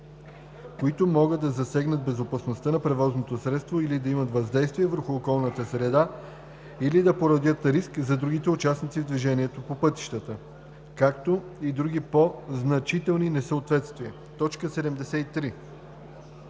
които могат да засегнат безопасността на превозното средство или да имат въздействие върху околната среда, или да породят риск за другите участници в движението по пътищата, както и други по значителни несъответствия. 73.